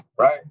right